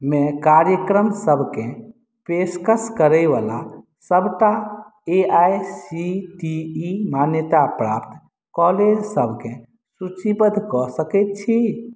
मे कार्यक्रम सबकेँ पेशकश करैवला सबटा A I C T E मान्यताप्राप्त कॉलेज सबकेँ सूचीबद्ध कऽ सकैत छी